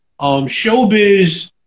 Showbiz